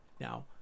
Now